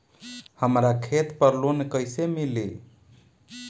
हमरा खेत पर लोन कैसे मिली?